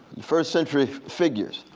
first century figures.